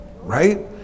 Right